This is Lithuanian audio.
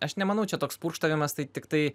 aš nemanau čia toks purkštavimas tai tiktai